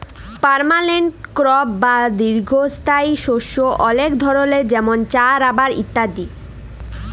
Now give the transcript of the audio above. permanent crop বা দীঘ্ঘস্থায়ী শস্য অলেক ধরলের যেমল চাঁ, রাবার ইত্যাদি